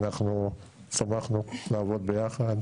שמחנו לעבוד ביחד